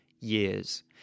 years